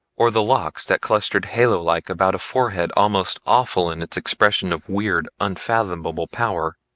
or the locks that clustered halo-like about a forehead almost awful in its expression of weird, unfathomable power,